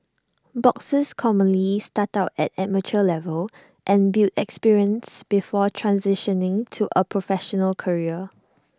boxers commonly start out at amateur level and build experience before transitioning to A professional career